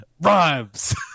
rhymes